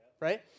Right